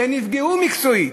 הם נפגעו מקצועית.